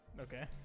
Okay